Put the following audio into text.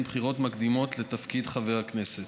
בחירות מקדימות לתפקיד חבר הכנסת),